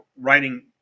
writing